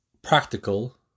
Practical